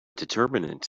determinant